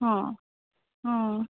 ହଁ ହଁ